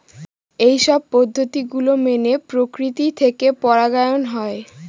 এইসব পদ্ধতি গুলো মেনে প্রকৃতি থেকে পরাগায়ন হয়